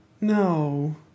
no